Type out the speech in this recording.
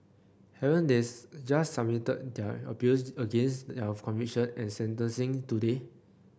haven't they just submitted their appeals against their conviction and sentencing today